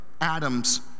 Adam's